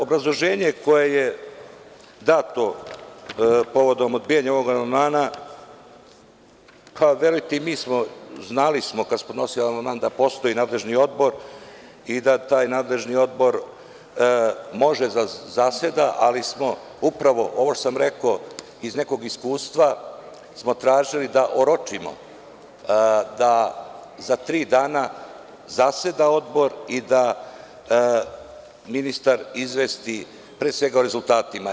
Obrazloženje koje je dato povodom odbijanja ovog amandmana, kao verujte, mi smo, znali smo kada smo podnosili ovaj amandman, da postoji nadležni odbor i da taj nadležni odbor može da zaseda, ali smo upravo, ovo što sam rekao iz nekog iskustva, tražili smo da oročimo da za tri dana zaseda odbor i da ministar izvesti pre svega o rezultatima.